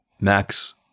Max